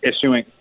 issuing